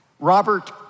Robert